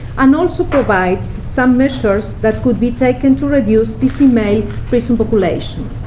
and also provides some measures that could be taken to reduce the female prison population.